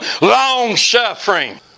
Long-suffering